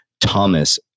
Thomas